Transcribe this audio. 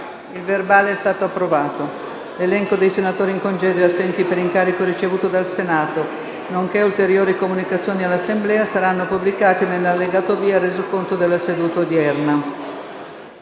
nuova finestra"). L'elenco dei senatori in congedo e assenti per incarico ricevuto dal Senato, nonché ulteriori comunicazioni all'Assemblea saranno pubblicati nell'allegato B al Resoconto della seduta odierna.